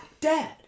Dad